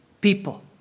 people